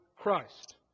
Christ